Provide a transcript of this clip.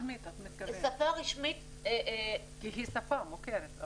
היא שפה מוכרת.